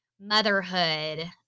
motherhood